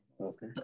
Okay